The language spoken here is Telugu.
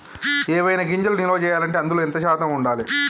ఏవైనా గింజలు నిల్వ చేయాలంటే అందులో ఎంత శాతం ఉండాలి?